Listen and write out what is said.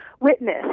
witness